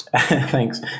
Thanks